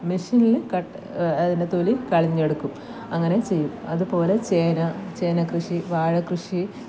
മിഷ്യനിൽ ക അതിന്റെ തൊലി കളഞ്ഞെടുക്കും അങ്ങനെ ചെയ്യും അത് പോലെ ചേന ചേനകൃഷി വാഴകൃഷി